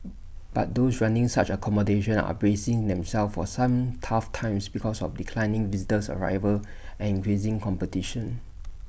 but those running such accommodation are bracing themselves for some tough times because of declining visitors arrivals and increasing competition